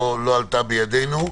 זה לא עלה בידינו.